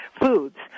foods